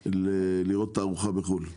לנסוע לראות תערוכה בחו"ל.